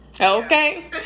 Okay